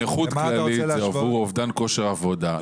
חבר'ה, נכות כללית זה עבור אובדן כושר עבודה.